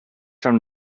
from